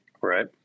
Right